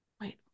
wait